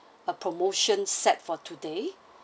a promotion set for today